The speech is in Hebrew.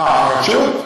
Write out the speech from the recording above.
אה, הרשות?